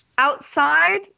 Outside